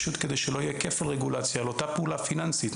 כדי שלא יהיה כפל רגולציה על אותה פעולה פיננסית,